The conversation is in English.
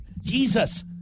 Jesus